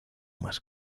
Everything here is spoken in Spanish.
más